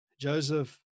Joseph